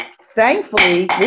thankfully